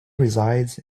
resides